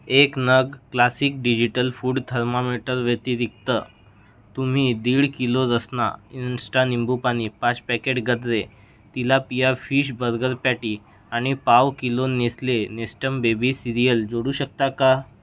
एक नग classic digital food थर्मामीटरव्यतिरिक्त तुम्ही दीड किलो रसना इन्स्टा निंबूपाणी पाच packet Gadre tilapia fish burger patty आणि पाव kilo Nestle Nestum baby cereal जोडू शकता का